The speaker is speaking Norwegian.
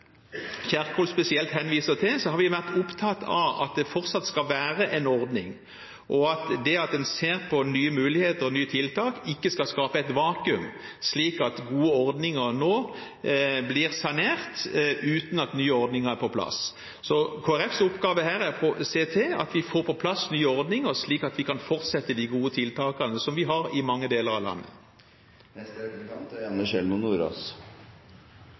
Kjerkol spesielt henviser til, har vi vært opptatt av at det at en ser på nye muligheter og tiltak, ikke skal skape et vakuum, slik at gode ordninger nå blir sanert uten at nye ordninger er på plass. Så Kristelig Folkepartis oppgave her er å se til at vi får på plass nye ordninger, slik at vi kan fortsette de gode tiltakene som vi har i mange deler av landet.